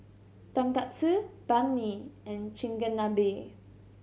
Tonkatsu Banh Mi and Chigenabe